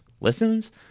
listens